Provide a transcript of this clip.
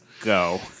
go